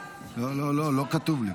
לא כתוב לי.